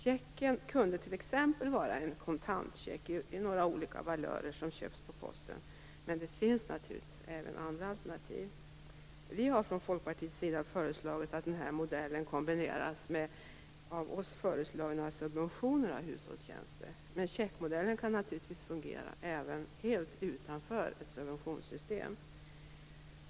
Checken kunde t.ex. vara en kontantcheck i olika valörer som köps på posten. Men det finns naturligtvis andra alternativ. Vi har från Folkpartiets sida föreslagit att modellen kombineras med av oss föreslagna subventioner av hushållstjänster, men checkmodellen kan naturligtvis fungera även utanför ett subventionssystem.